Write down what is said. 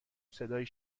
صدایی